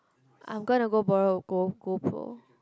I'm going to go borrow a go pro